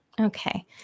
Okay